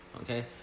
Okay